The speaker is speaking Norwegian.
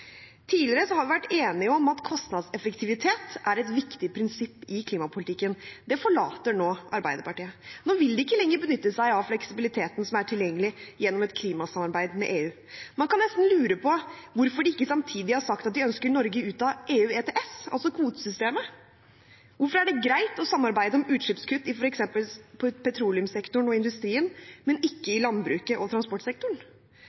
Tidligere har vi vært enige om at kostnadseffektivitet er et viktig prinsipp i klimapolitikken, det forlater nå Arbeiderpartiet. Nå vil de ikke lenger benytte seg av fleksibiliteten som er tilgjengelig gjennom et klimasamarbeid med EU. Man kan nesten lure på hvorfor de ikke samtidig har sagt at de ønsker Norge ut av EU ETS, altså kvotesystemet. Hvorfor er det greit å samarbeide om utslippskutt i f.eks. petroleumssektoren og industrien, men ikke